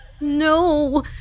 No